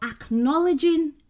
acknowledging